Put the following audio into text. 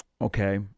okay